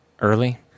early